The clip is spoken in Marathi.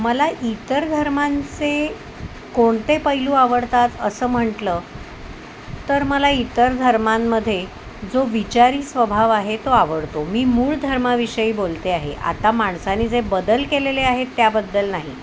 मला इतर धर्मांचे कोणते पैलू आवडतात असं म्हंटलं तर मला इतर धर्मांमधे जो विचारी स्वभाव आहे तो आवडतो मी मूळ धर्माविषयी बोलते आहे आता माणसाने जे बदल केलेले आहेत त्याबद्दल नाही